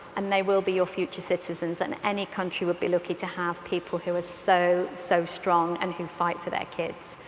and they will be your future citizens. and any country would be lucky to have people who are so, so strong and who fight for their kids.